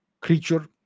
creature